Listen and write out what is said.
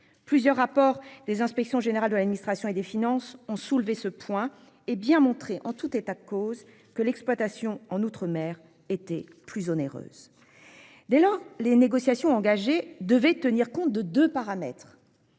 Plusieurs rapports des inspections générales de l'administration et des finances ont soulevé ce point hé bien montré en tout état de cause que l'exploitation en outre-mer était plus onéreuse. Dès lors, les négociations engagées devait tenir compte de 2 paramètres.